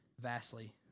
vastly